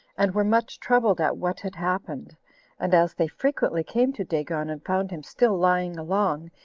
and were much troubled at what had happened and as they frequently came to dagon and found him still lying along,